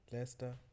Leicester